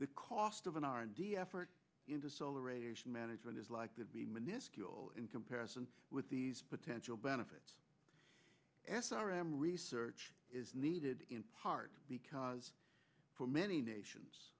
the cost of an r and d effort into solar radiation management is like to be miniscule in comparison with the potential benefits s r m research is needed in part because for many nations